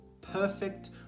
perfect